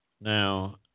Now